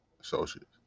Associates